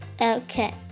Okay